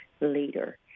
later